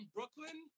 Brooklyn